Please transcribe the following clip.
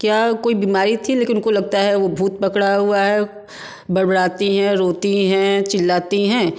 क्या कोई बीमारी थी लेकिन उनको लगता है ओ भूत पकड़ा हुआ है बड़बड़ातीं हैं रोती हैं चिल्लाती हैं